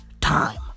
time